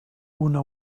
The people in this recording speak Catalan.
una